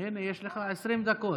הינה, יש לך 20 דקות.